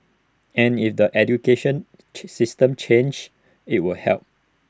and if the education system changes IT will help